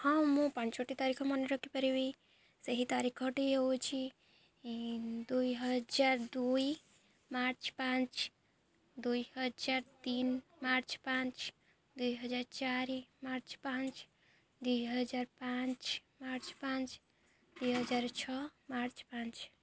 ହଁ ମୁଁ ପାଞ୍ଚଟି ତାରିଖ ମନେ ରଖିପାରିବି ସେହି ତାରିଖଟି ହେଉଛି ଦୁଇ ହଜାର ଦୁଇ ମାର୍ଚ୍ଚ ପାଞ୍ଚ ଦୁଇ ହଜାର ତିନ ମାର୍ଚ୍ଚ ପାଞ୍ଚ ଦୁଇ ହଜାର ଚାରି ମାର୍ଚ୍ଚ ପାଞ୍ଚ ଦୁଇ ହଜାର ପାଞ୍ଚ ମାର୍ଚ୍ଚ ପାଞ୍ଚ ଦୁଇ ହଜାର ଛଅ ମାର୍ଚ୍ଚ ପାଞ୍ଚ